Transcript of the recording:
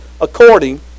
according